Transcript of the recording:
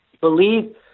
Believe